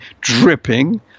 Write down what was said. dripping